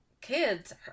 kids